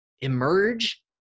Emerge